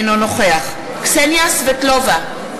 אינו נוכח קסניה סבטלובה,